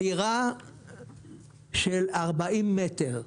דירה של 40 מ"ר,